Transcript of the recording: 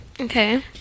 Okay